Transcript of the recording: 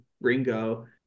Ringo